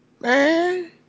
Man